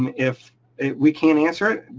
um if we can't answer it,